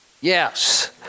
Yes